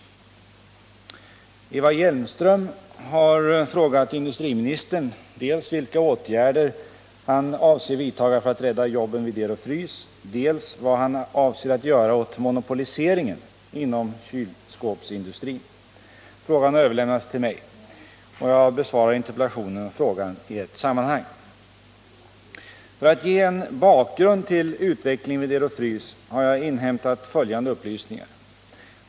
Eva Hjelmström har frågat industriministern dels vilka åtgärder han avser vidta för att rädda jobben vid Ero-Frys, dels vad han avser att göra åt monopoliseringen inom kylskåpsindustrin. Frågan har överlämnats till mig. Jag besvarar interpellationen och frågan i ett sammanhang. För att ge en bakgrund till utvecklingen vid Ero-Frys har jag inhämtat följande upplysningar.